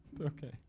Okay